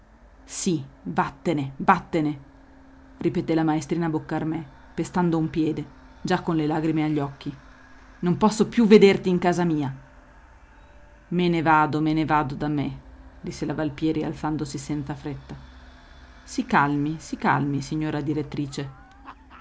sì vattene vattene ripeté la maestrina boccarmè pestando un piede già con le lagrime agli occhi non posso più vederti in casa mia me ne vado me ne vado da me disse la valpieri alzandosi senza fretta si calmi si calmi signora direttrice